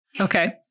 Okay